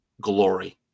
glory